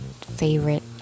favorite